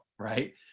right